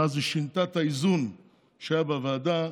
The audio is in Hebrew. ואז היא שינתה את האיזון שהיה בוועדה.